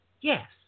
Yes